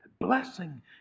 blessing